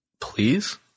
Please